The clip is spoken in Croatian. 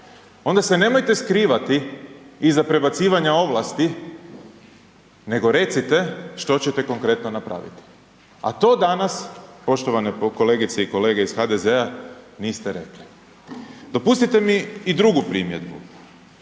onda se nemojte skrivati iza prebacivanja ovlasti nego recite što ćete konkretno napraviti. A to danas, poštovane kolegice i kolege iz HDZ-a niste rekli. Dopustite mi i drugu primjedbu,